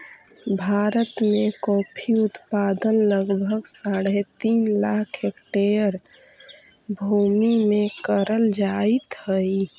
भारत में कॉफी उत्पादन लगभग साढ़े तीन लाख हेक्टेयर भूमि में करल जाइत हई